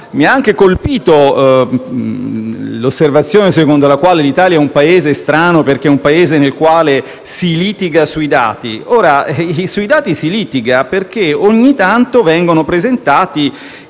Mi ha anche colpito l'osservazione secondo la quale l'Italia è un Paese strano perché è un Paese nel quale si litiga sui dati. Sui dati si litiga, perché ogni tanto vengono presentati